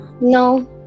No